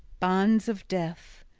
bonds of death!